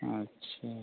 अच्छा